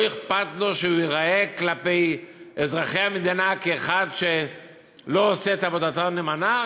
לא אכפת לו שהוא ייראה כלפי אזרחי המדינה כמי שלא עושה את עבודתו נאמנה,